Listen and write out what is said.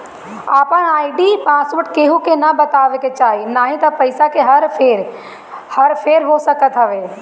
आपन ID password केहू के ना बतावे के चाही नाही त पईसा के हर फेर हो सकत हवे